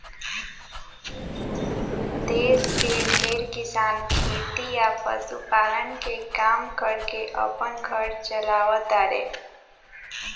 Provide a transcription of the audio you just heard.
देश के ढेरे किसान खेती आ पशुपालन के काम कर के आपन घर चालाव तारे